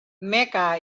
mecca